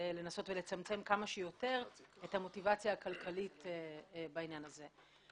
לנסות לצמצם כמה שיותר את המוטיבציה הכלכלית בעניין הזה.